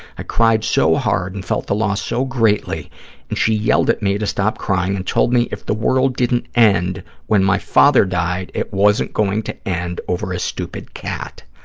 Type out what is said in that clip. i cried so hard and felt the loss so greatly and she yelled at me to stop crying and told me if the world didn't end when my father died it wasn't going to end over a stupid cat.